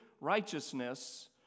righteousness